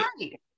right